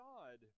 God